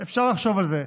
אפשר לחשוב על זה.